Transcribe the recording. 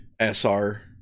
SR